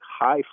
high